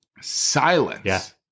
silence